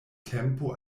tempo